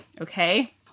okay